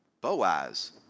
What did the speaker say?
Boaz